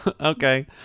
okay